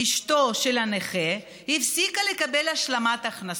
אשתו של הנכה הפסיקה לקבל השלמת הכנסה.